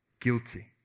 guilty